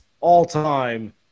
all-time